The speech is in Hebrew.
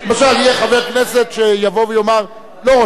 למשל יהיה חבר כנסת שיבוא ויאמר: לא רוצה לדבר.